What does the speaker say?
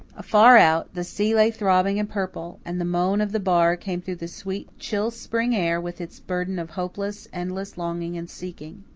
afar out, the sea lay throbbing and purple, and the moan of the bar came through the sweet, chill spring air with its burden of hopeless, endless longing and seeking.